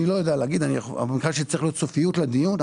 אני לא יודע להגיד אבל צריך להיות סופיות לדיון.